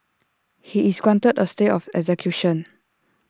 he is granted A stay of execution